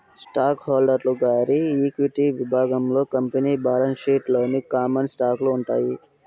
stock holder గారి equity విభాగంలో company balance sheet లోని కామన్ స్టాకులు ఉంటాయి